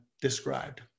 described